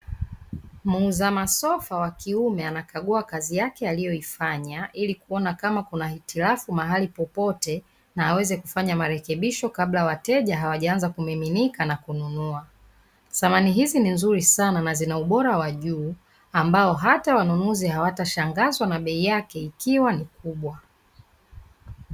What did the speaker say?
Muuza masofa wakiume anakagua kazi yake aliyoifanya ili kuona kama kuna hitilafu mahali popote na aweze kufanya marekebisho kabla wateja hawajaanza kumiminika na kununua, samani hizi ni nzuri sana nazina ubora wa juu ambao hata wanunuzi hawatashangazwa na bei yake ikiwa ni kubwa.